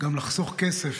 גם לחסוך כסף,